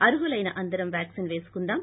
అర్హులైన అందరం వ్యాక్పిన్ వేసుకుందాం